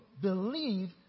believe